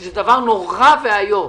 שזה דבר נורא ואיום.